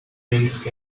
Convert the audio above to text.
minsk